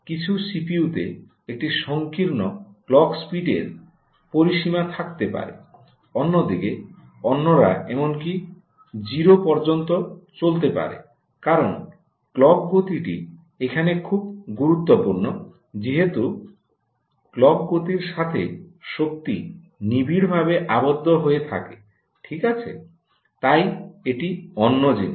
কিছু সিপিইউতে একটি সংকীর্ণ ক্লক স্পিডের পরিসীমা থাকতে পারে অন্যদিকে অন্যরা এমনকি 0 পর্যন্ত চলতে পারে কারণ ক্লক গতিটি এখানে খুব গুরুত্বপূর্ণ যেহেতু ক্লক গতির সাথে শক্তি নিবিড় ভাবে আবদ্ধ হয়ে থাকে ঠিক আছে তাই এটি অন্য জিনিস